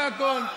זה הכול.